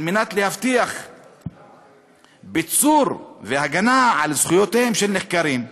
כדי להבטיח ביצור והגנה על זכויותיהם של נחקרים,